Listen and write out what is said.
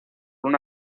una